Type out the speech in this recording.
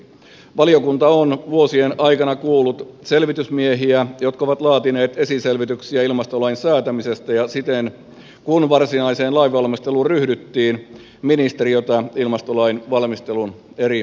valiokunta on vuosien aikana kuullut selvitysmiehiä jotka ovat laatineet esiselvityksiä ilmastolain säätämisestä ja sitten kun varsinaiseen lainvalmisteluun ryhdyttiin ministeriötä ilmastolain valmistelun eri vaiheista